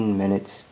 minutes